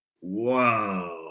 wow